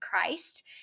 Christ